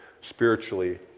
spiritually